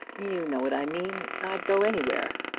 you know what i mean. i'd go anywhere.